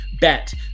bet